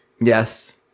Yes